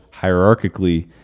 hierarchically